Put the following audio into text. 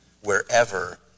wherever